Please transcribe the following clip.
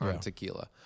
Tequila